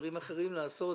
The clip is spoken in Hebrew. דברים אחרים לעשות.